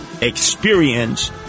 experience